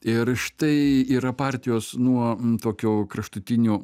ir štai yra partijos nuo tokio kraštutinio